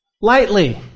lightly